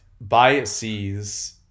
biases